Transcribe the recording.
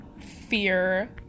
fear